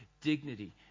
dignity